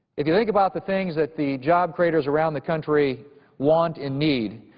if you think about the things that the job creators around the country want and need,